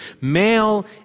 male